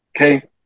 okay